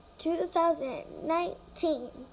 2019